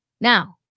Now